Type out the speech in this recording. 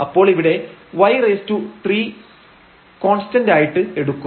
അപ്പോൾ ഇവിടെ y3 constants ആയിട്ട് എടുക്കും